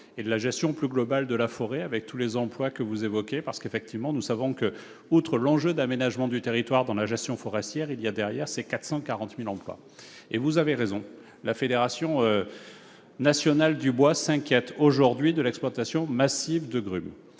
et de la gestion plus globale de la forêt, avec tous les emplois que vous évoquez. Effectivement, nous savons que, outre l'enjeu d'aménagement du territoire que représente la gestion forestière, il y a aussi ces 440 000 emplois. Vous avez raison, la Fédération nationale du bois s'inquiète aujourd'hui de l'exploitation massive de grumes.